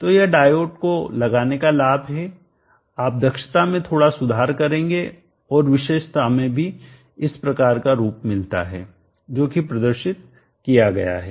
तो यह डायोड को लगाने का लाभ है आप दक्षता में थोड़ा सुधार करेंगे और विशेषता में भी इस प्रकार का रूप मिलता है जो कि प्रदर्शित किया गया है